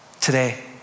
Today